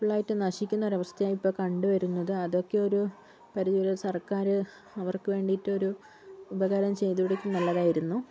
ഫുള്ളായിട്ട് നശിക്കുന്ന ഒരു അവസ്ഥയാണ് ഇപ്പോൾ കണ്ട് വരുന്നത് അതൊക്കെ ഒരു പരിധി വരെ സർക്കാര് അവർക്ക് വേണ്ടിയിട്ട് ഒരു ഉപകാരം ചെയ്തു കൊടുക്കുന്നത് നല്ലതായിരുന്നു